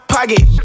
Pocket